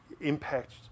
impact